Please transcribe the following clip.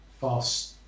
fast